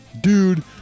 Dude